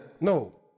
No